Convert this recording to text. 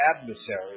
adversary